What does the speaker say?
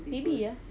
maybe ya